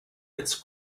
its